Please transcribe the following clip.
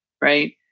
right